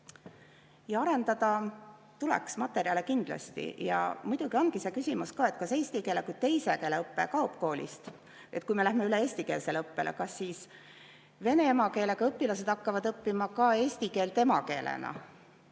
hea. Arendada tuleks materjale kindlasti. Muidugi on see küsimus ka, et kas eesti keele kui teise keele õpe kaob koolist. Kui me läheme üle eestikeelsele õppele, kas siis vene emakeelega õpilased hakkavad õppima ka eesti keelt emakeelena,